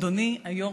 אדוני היו"ר,